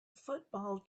football